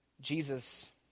Jesus